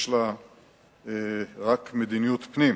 יש לה רק מדיניות פנים.